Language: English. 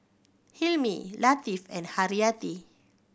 Hilmi Latif and Haryati